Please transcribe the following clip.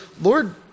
Lord